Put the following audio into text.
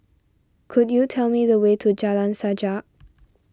could you tell me the way to Jalan Sajak